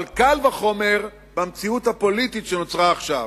אבל קל וחומר במציאות הפוליטית שנוצרה עכשיו.